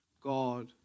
God